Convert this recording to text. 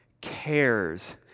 cares